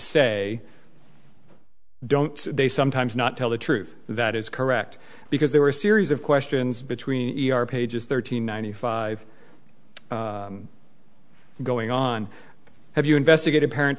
say don't they sometimes not tell the truth that is correct because they were a series of questions between pages thirteen ninety five going on have you investigated parent